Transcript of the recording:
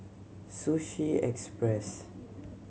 Sushi Express